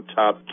top